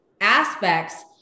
aspects